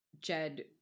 Jed